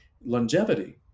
longevity